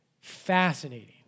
Fascinating